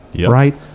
Right